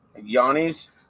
Yannis